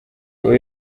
uyu